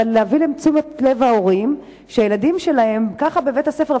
ולהביא לתשומת לב ההורים שהילדים שלהם כך בבית-הספר,